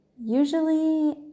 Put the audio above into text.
Usually